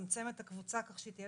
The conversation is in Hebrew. לצמצם את הקבוצה כך שהיא תהיה